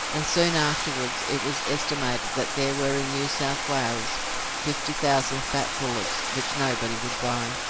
and soon afterwards it was estimated that there were in new south wales fifty thousand fat bullocks which nobody would buy.